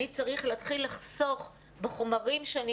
אני צריך להתחיל לחסוך בחומרים שאני